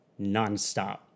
nonstop